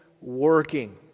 working